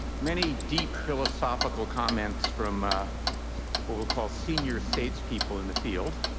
many deep philosophical comments from what we'll call senior states people in the field,